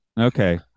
okay